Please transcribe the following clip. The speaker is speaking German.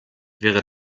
wäre